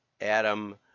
Adam